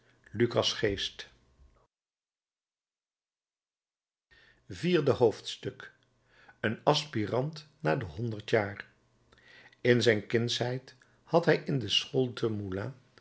lucas geest vierde hoofdstuk een aspirant naar de honderd jaar in zijn kindsheid had hij in de school te moulins